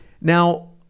Now